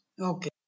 Okay